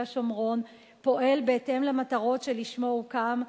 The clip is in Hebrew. השומרון פועל בהתאם למטרות שלשמו הוא הוקם.